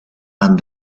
and